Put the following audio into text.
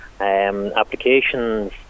Applications